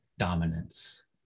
Dominance